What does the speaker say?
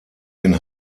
den